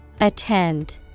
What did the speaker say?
Attend